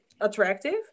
attractive